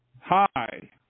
Hi